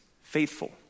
faithful